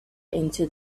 into